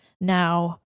now